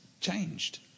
changed